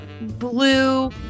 blue